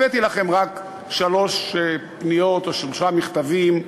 הבאתי לכם רק שלוש פניות, או שלושה מכתבים.